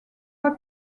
pas